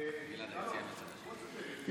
אינה נוכחת קרן ברק,